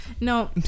No